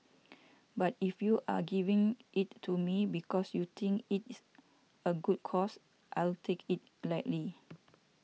but if you are giving it to me because you think it's a good cause I'll take it gladly